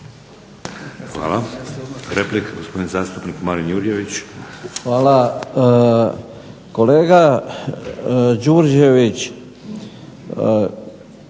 Hvala. Replika, gospodin zastupnik Marin Jurjević. **Jurjević,